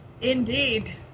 Indeed